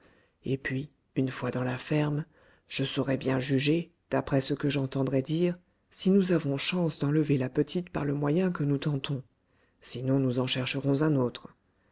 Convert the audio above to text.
et puis une fois dans la ferme je saurai bien juger d'après ce que j'entendrai dire si nous avons chance d'enlever la petite par le moyen que nous tentons sinon nous en chercherons un autre